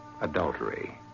adultery